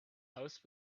house